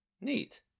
Neat